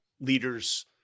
leaders